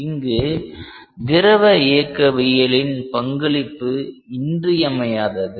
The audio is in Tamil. இங்கு திரவ இயக்கவியலின் பங்களிப்பு இன்றியமையாதது